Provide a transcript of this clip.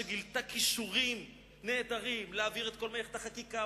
שגילתה כישורים נהדרים להעביר את כל מלאכת החקיקה